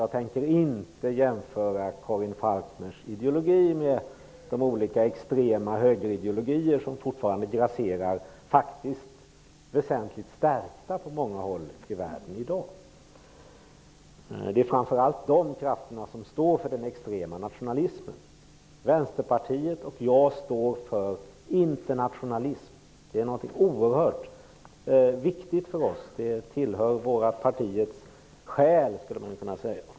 Jag tänker inte jämföra Karin Falkmers ideologi med de olika extrema högerideologier som fortfarande grasserar, faktiskt väsentligt stärkta på många håll i världen i dag. Det är framför allt dessa krafter som står för den extrema nationalismen. Vänsterpartiet och jag står för internationalism. Det är något oerhört viktigt för oss. Det tillhör vårt partis själ, skulle man kunna säga.